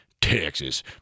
texas